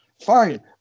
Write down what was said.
Fine